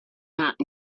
not